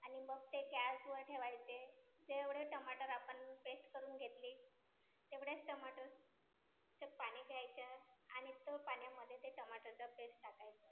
आणि मग ते गॅसवर ठेवायचे तेवढे टमाटर आपण पेस्ट करून घेतली तेवढेच टमाटरचं पाणी घ्यायचं आणि तो पाण्यामध्ये ते टमाटरचं पेस्ट टाकायचं